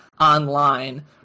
online